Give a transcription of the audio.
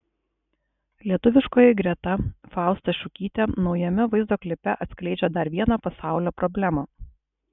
lietuviškoji greta fausta šukytė naujame vaizdo klipe atskleidžia dar vieną pasaulio problemą